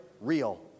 real